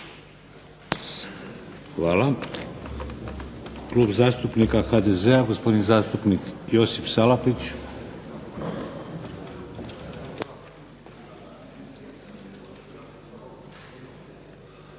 Hvala. Klub zastupnika HDZ-a, gospodin zastupnik Josip Salapić.